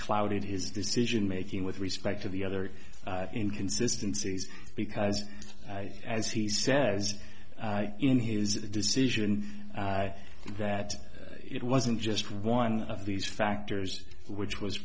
clouded his decision making with respect to the other inconsistency because as he says in his decision that it wasn't just one of these factors which was